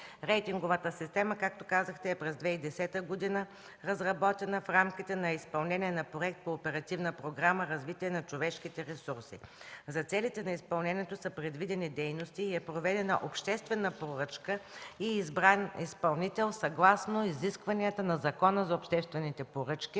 Рейтинговата системата, както казахте, през 2010 г. е разработена в рамките на изпълнение на проект по Оперативна програма „Развитие на човешките ресурси”. За целите на изпълнението са предвидени дейности и е проведена обществена поръчка и избран изпълнител съгласно изискванията на Закона за обществените поръчки